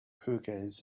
hookahs